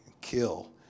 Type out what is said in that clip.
kill